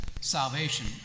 salvation